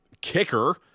kicker